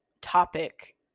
topic